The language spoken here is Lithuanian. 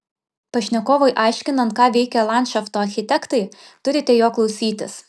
pašnekovui aiškinant ką veikia landšafto architektai turite jo klausytis